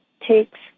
takes